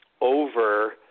over